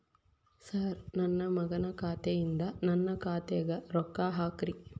sir ನನ್ನ ಮಗನ ಖಾತೆ ಯಿಂದ ನನ್ನ ಖಾತೆಗ ರೊಕ್ಕಾ ಹಾಕ್ರಿ